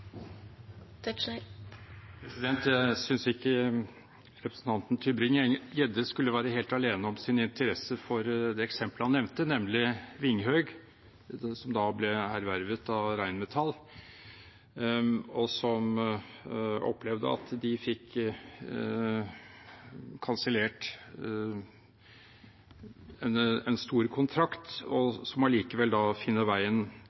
Jeg synes ikke representanten Tybring-Gjedde skulle være helt alene om sin interesse for det eksemplet han nevnte, nemlig Vinghøg, som ble ervervet av Rheinmetall, og som opplevde at de fikk kansellert en stor kontrakt, som allikevel finner veien